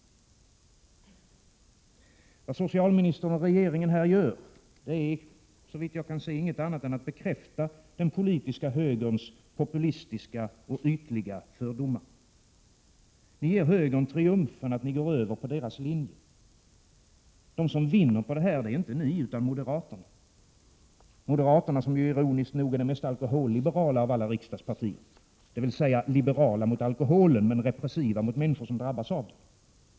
Vad socialministern och regeringen här gör är, såvitt jag kan se, inget annat än att bekräfta den politiska högerns populistiska och ytliga fördomar. Ni ger högern triumfen att ni går över på dess linje. De som vinner på det här är inte ni utan moderaterna — moderaterna som ju ironiskt nog är det mest alkoholliberala av alla riksdagspartier, dvs. liberala mot alkoholen men repressiva mot människor som drabbats av den.